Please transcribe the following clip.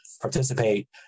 participate